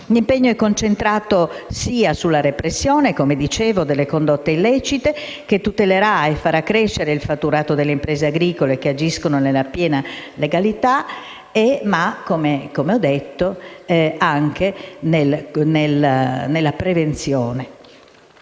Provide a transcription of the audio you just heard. L'impegno è dunque concentrato sia sulla repressione delle condotte illecite, che tutelerà e farà crescere il fatturato delle imprese agricole che agiscono nella piena legalità, che - come ho detto - sulla prevenzione.